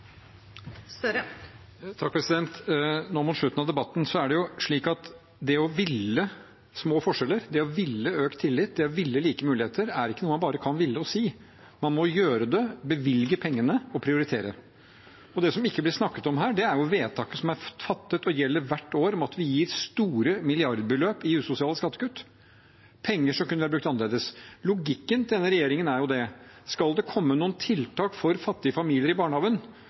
det slik at det å ville små forskjeller, det å ville økt tillit, det å ville like muligheter, ikke er noe man bare kan ville og si. Man må gjøre det – bevilge pengene og prioritere. Det som ikke blir snakket om her, er vedtaket som er fattet og gjelder hvert år, det at vi gir store milliardbeløp i usosiale skattekutt – penger som kunne vært brukt annerledes. Logikken til denne regjeringen er at skal det komme noen tiltak for fattige familier i barnehagen,